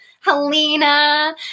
Helena